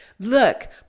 Look